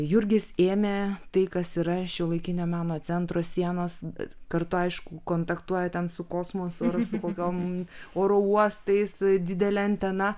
jurgis ėmė tai kas yra šiuolaikinio meno centro sienos bet kartu aišku kontaktuoja ten su kosmosu ar su kokiom oro uostais didele antena